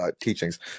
teachings